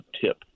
tip